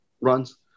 runs